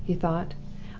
he thought.